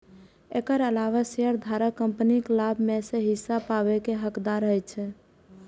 एकर अलावे शेयरधारक कंपनीक लाभ मे सं हिस्सा पाबै के हकदार होइ छै